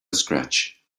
scratch